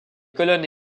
colonnes